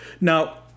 now